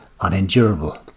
unendurable